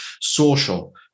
social